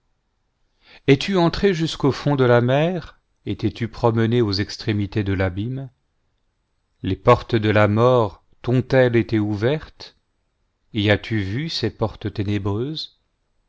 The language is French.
es-tu entré jusqu'au fond de la mer et t'es-tu promené aux extrémités de l'abîme les portes de la mort t'ont-elles été ouvertes et as-tu vu ces portes ténébreuses